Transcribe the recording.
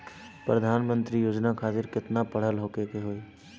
प्रधानमंत्री योजना खातिर केतना पढ़ल होखे के होई?